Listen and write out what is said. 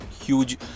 huge